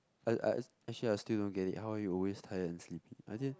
I I ac~ actually I still don't get it how are you always tired and sleepy I think